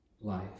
life